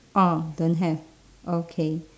orh don't have okay